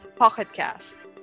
Pocketcast